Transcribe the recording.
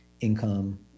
income